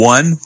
One